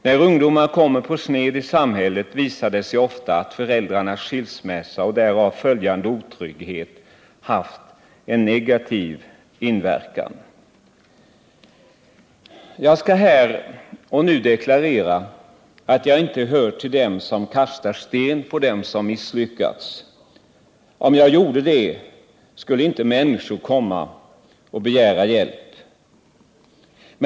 När ungdomar kommer ”på sned” i samhället, visar det sig ofta att föräldrarnas skilsmässa och den därav följande otryggheten haft en negativ inverkan.” Jag skall här och nu deklarera att jag inte hör till dem som kastar sten på dem som har misslyckats. Om jag gjorde det skulle inte människor komma och begära hjälp.